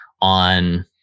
on